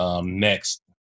next